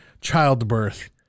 childbirth